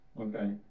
Okay